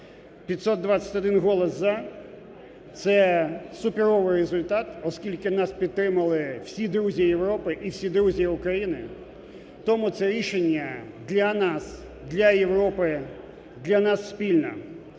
521 голос "за" – це суперовий результат, оскільки нас підтримали всі друзі Європи і всі друзі України. Тому це рішення для нас, для Європи, для нас спільно.